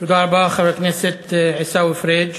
תודה רבה לחבר הכנסת עיסאווי פריג'.